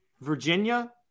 Virginia